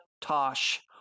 Tosh